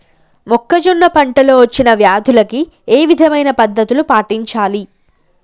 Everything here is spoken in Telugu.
మొక్కజొన్న పంట లో వచ్చిన వ్యాధులకి ఏ విధమైన పద్ధతులు పాటించాలి?